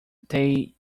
they